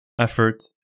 effort